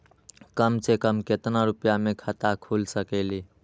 कम से कम केतना रुपया में खाता खुल सकेली?